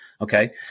Okay